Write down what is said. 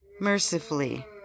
Mercifully